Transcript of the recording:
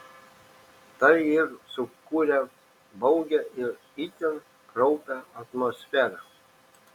tai ir sukuria baugią ir itin kraupią atmosferą